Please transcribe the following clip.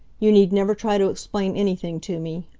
you need never try to explain anything to me.